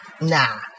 Nah